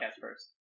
first